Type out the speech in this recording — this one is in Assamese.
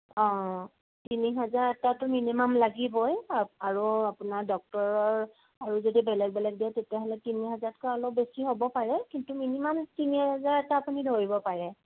তিনি হাজাৰ এটাতো মিনিমাম লাগিবই আৰু আপোনাৰ ডক্তৰৰ আৰু যদি বেলেগ বেলেগ দিওঁ তেতিয়া হ'লে তিনি হাজাৰতকৈ অলপ বেছি হ'ব পাৰে কিন্তু মিনিমাম তিনি হাজাৰ এটা আপুনি ধৰিব পাৰে